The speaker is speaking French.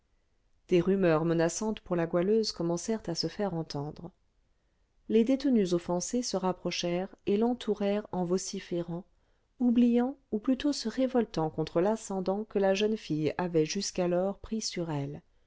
des rumeurs menaçantes pour la goualeuse commencèrent à se faire entendre les détenues offensées se rapprochèrent et l'entourèrent en vociférant oubliant ou plutôt se révoltant contre l'ascendant que la jeune fille avait jusqu'alors pris sur elles